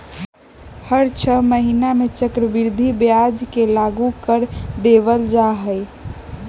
हर छ महीना में चक्रवृद्धि ब्याज के लागू कर देवल जा हई